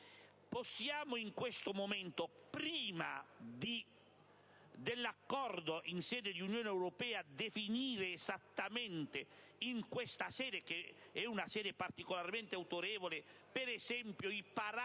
Possiamo in questo momento, prima dell'accordo in sede di Unione europea, definire esattamente in detta sede, che è particolarmente autorevole, i parametri